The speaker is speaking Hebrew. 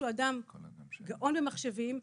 שהוא אדם גאון במחשבים,